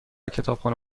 کتابخانه